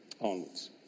onwards